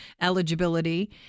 eligibility